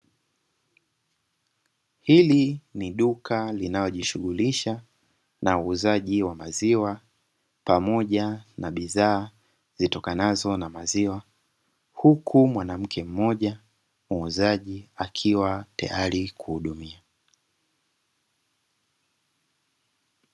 Hili ni duka linalojishughulisha na uuzaji wa maziwa pamoja na bidhaa zitokanazo na maziwa, huku mwanamke mmoja muuzaji akiwa tayari kuhudumia.